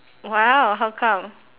!wow! how come